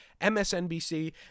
MSNBC